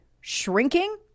shrinking